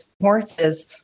horses